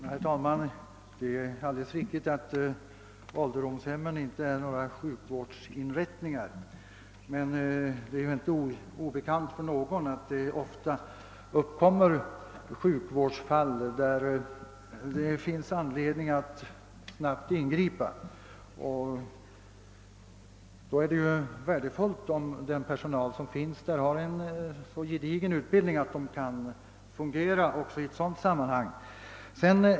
Herr talman! Det är alldeles riktigt att ålderdomshemmen inte är några sjukvårdsinrättningar, men det är väl inte obekant för någon att det ofta inträffar sjukdomsfall vid ålderdomshemmen, då det är av nöden att ingripa snabbt. Och då är det självfallet värdefullt om personalen på ålderdomshemmet har sådan utbildning att den kan fungera även i sådana sammanhang.